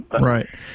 Right